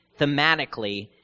thematically